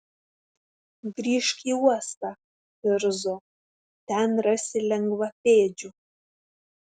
grįžk į uostą irzo ten rasi lengvapėdžių